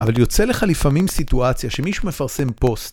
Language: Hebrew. אבל יוצא לך לפעמים סיטואציה, שמישהו מפרסם פוסט.